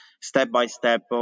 step-by-step